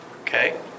okay